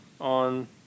on –